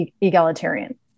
egalitarian